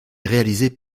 réalisés